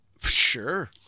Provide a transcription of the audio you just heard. Sure